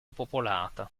popolata